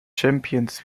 champions